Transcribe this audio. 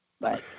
Bye